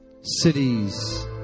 cities